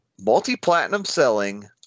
multi-platinum-selling